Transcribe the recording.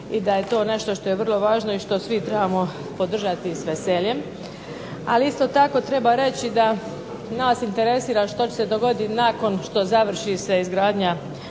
i da je to nešto što je vrlo važno i što svi trebamo podržati s veseljem. Ali isto tako treba reći da nas interesira što će se dogoditi nakon što završi se izgradnja